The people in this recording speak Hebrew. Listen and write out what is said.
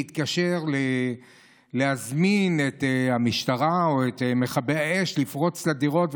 אז השכנים מתעוררים להתקשר ולהזמין את המשטרה או מכבי אש לפרוץ לדירות,